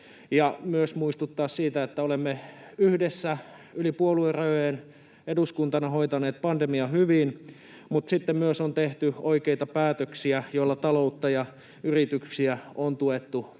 myös muistuttaa siitä, että olemme yhdessä, yli puoluerajojen eduskuntana hoitaneet pandemian hyvin, mutta sitten on tehty myös oikeita päätöksiä, joilla taloutta ja yrityksiä on tuettu pahimman